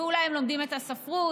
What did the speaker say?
אולי הם לומדים את הספרות,